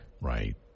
right